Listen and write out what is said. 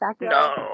No